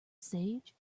stage